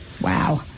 Wow